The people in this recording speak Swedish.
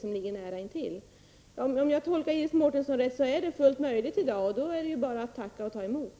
Om jag har tolkat Iris Mårtensson rätt, är detta i dag fullt möjligt, och då är det bara att tacka och ta emot.